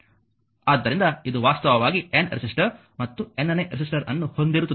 ಆದ್ದರಿಂದ ಇದು ವಾಸ್ತವವಾಗಿ N ರೆಸಿಸ್ಟರ್ ಮತ್ತು nನೇ ರೆಸಿಸ್ಟರ್ ಅನ್ನು ಹೊಂದಿರುತ್ತದೆ